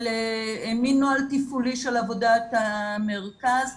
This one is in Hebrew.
מן נוהל תפעולי של עבודת המרכז.